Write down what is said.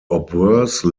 obverse